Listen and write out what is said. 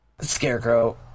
Scarecrow